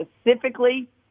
specifically